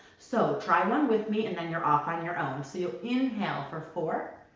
so try one with me and then you're off on your own. so you inhale for four.